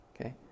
Okay